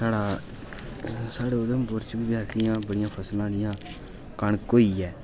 साढ़े उधमपुर च बी बड़ियां फसलां जि'यां कनक होई ऐ